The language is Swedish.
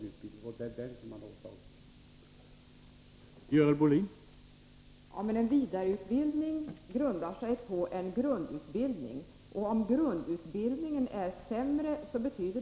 Det är den som SAS har åtagit sig.